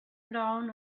blown